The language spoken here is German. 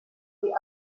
die